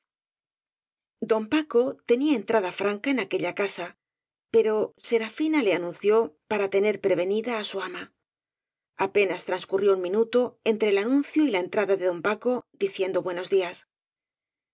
don paco tenía entrada franca en aquella casa pero serafina le anunció paradener prevenida á su ama apenas transcurrió un minuto entre el anun cio y la entrada de don paco diciendo buenos días